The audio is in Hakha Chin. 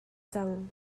cang